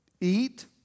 Eat